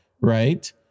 right